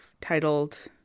titled